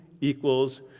equals